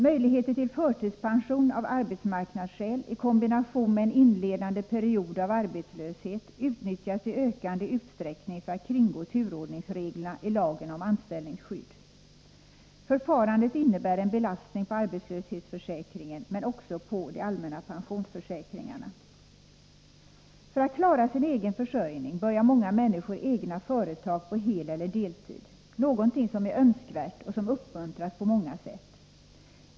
Möjligheter till förtidspension av arbetsmarknadsskäl i kombination med en inledande period av arbetslöshet utnyttjas i ökande utsträckning för att kringgå turordningsreglerna i lagen om anställningsskydd. Förfarandet innebär en belastning på arbetslöshetsförsäkringen, men också på de allmänna pensionsförsäkringarna. För att klara sin egen försörjning börjar många människor driva egna företag på heleller deltid, någonting som är önskvärt och uppmuntras på många sätt.